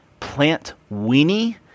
plantweenie